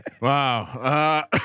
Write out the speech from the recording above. Wow